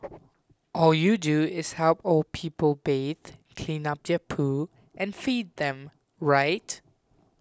all you do is help old people bathe clean up their poo and feed them right